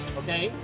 okay